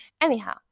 Anyhow